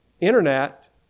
internet